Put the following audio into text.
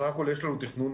בסך הכול יש לנו תכנון.